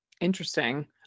Interesting